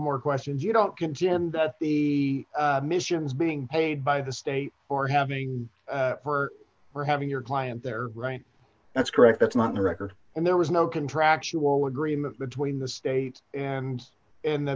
more questions you don't get the missions being paid by the state or having her for having your client there right that's correct that's not her record and there was no contractual agreement between the state and